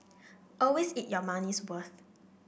always eat your money's worth